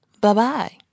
Bye-bye